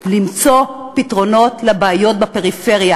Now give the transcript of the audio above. למצוא פתרונות לבעיות בפריפריה.